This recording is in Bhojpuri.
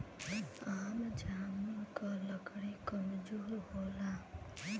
आम जामुन क लकड़ी कमजोर होला